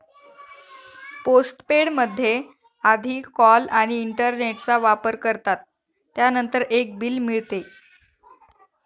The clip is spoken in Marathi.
पोस्टपेड मध्ये आधी कॉल आणि इंटरनेटचा वापर करतात, त्यानंतर एक बिल मिळते